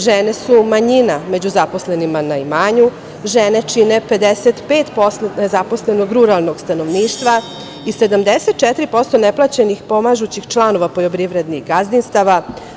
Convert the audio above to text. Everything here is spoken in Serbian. Žena su manjina među zaposlenima na imanju, žene čine 55% nezaposlenog ruralnog stanovništva i 74% neplaćenih pomažućih članova poljoprivrednih gazdinstava.